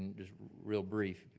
this real brief,